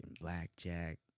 blackjack